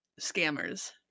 scammers